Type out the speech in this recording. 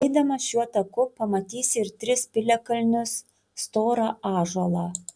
eidamas šiuo taku pamatysi ir tris piliakalnius storą ąžuolą